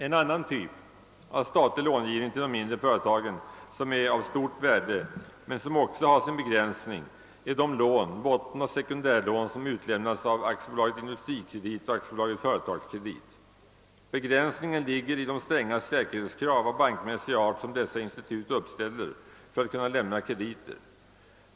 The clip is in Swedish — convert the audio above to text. En annan typ av statlig lånegivning till de mindre företagen som är av stort värde men som också har sin begränsning är de lån — bottenoch sekundärlån — som utlämnas av AB Industrikredit och AB Företagskredit. Begränsningen ligger i de stränga säkerhetskrav av bankmässig art som dessa institut uppställer för att kunna lämna krediter.